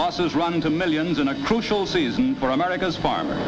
losses run to millions in a crucial season for america's farmer